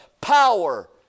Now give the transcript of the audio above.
power